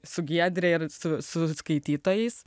su giedre ir su skaitytojais